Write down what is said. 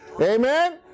Amen